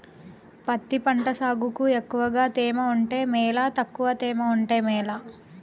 పత్తి పంట సాగుకు ఎక్కువగా తేమ ఉంటే మేలా తక్కువ తేమ ఉంటే మేలా?